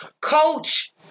Coach